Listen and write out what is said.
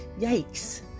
yikes